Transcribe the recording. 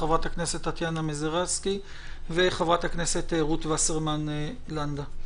חברת הכנסת טטיאנה מזרסקי וחברת הכנסת רות וסרמן לנדא.